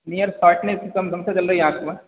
near स्पाकनेसिजिम दम से चल रही हैं आँख में